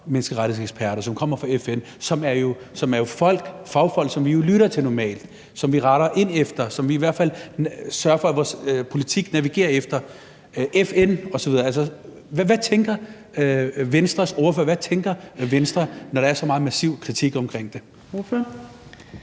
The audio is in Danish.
menneskerettighedseksperter, og som kommer fra FN, som jo er fagfolk, vi lytter til normalt, som vi retter ind efter, og som vi i hvert fald sørger for at vores politik navigerer efter, altså FN osv. Hvad tænker Venstres ordfører og hvad tænker Venstre, når der er så meget massiv kritik omkring det?